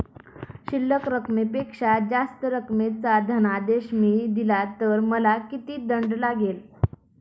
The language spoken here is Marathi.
शिल्लक रकमेपेक्षा जास्त रकमेचा धनादेश मी दिला तर मला किती दंड लागेल?